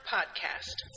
Podcast